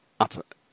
up